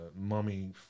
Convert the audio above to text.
mummy